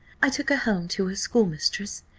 i took her home to her schoolmistress,